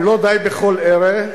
אם לא די בכל אלה,